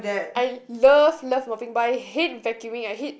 I love love mopping but I hate vacuuming I hate